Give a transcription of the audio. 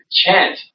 chant